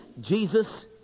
Jesus